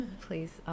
Please